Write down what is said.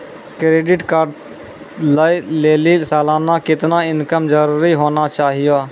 Credit card लय लेली सालाना कितना इनकम जरूरी होना चहियों?